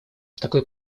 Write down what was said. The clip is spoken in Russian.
такой